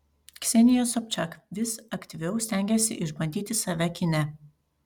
ksenija sobčak vis aktyviau stengiasi išbandyti save kine